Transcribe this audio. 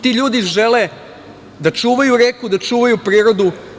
Ti ljudi žele da čuvaju reku, da čuvaju prirodu.